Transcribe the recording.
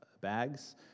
bags